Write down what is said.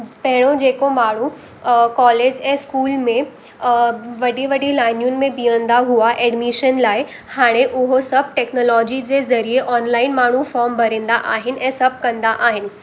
पहिरों जेको माण्हू कॉलेज ऐं स्कूल में वॾी वॾी लाइनुनि में बीहंदा हुआ एडमिशन लाइ हाणे उहो सभु टेक्नोलॉजी जे ज़रिये ऑनलाइन माण्हूं फॉर्म भरींदा आहिनि ऐं सभु कंदा आहिनि